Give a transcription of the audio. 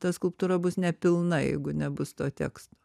ta skulptūra bus nepilna jeigu nebus to teksto